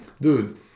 dude